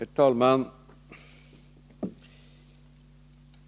Herr talman!